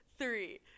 three